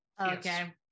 Okay